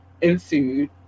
ensued